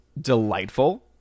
delightful